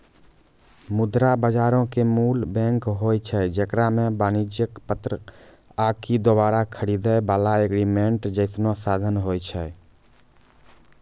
मुद्रा बजारो के मूल बैंक होय छै जेकरा मे वाणिज्यक पत्र आकि दोबारा खरीदै बाला एग्रीमेंट जैसनो साधन होय छै